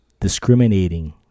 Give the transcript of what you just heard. discriminating